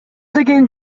деген